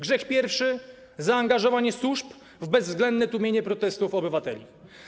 Grzech pierwszy - zaangażowanie służb w bezwzględne tłumienie protestów obywateli.